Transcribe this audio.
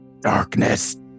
darkness